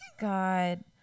God